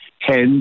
Hence